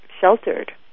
sheltered